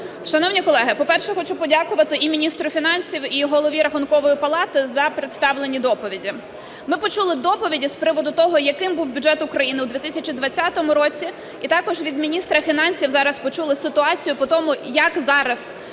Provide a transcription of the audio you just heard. Шановні колеги, по-перше, хочу подякувати і міністру фінансів, і Голові Рахункової палати за представлені доповіді. Ми почули доповіді з приводу того, яким був бюджет України у 2020 році, і також від міністра фінансів зараз почули ситуацію по тому, як зараз